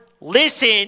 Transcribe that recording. listen